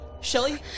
Shelly